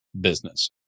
business